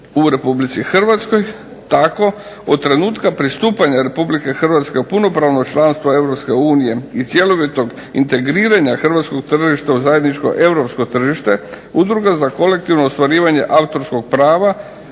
u RH, tako od trenutka pristupanja RH u punopravno članstvo EU i cjelovitog integriranja hrvatskog tržišta u zajedničko europsko tržište Udruga za kolektivno ostvarivanje autorskog prava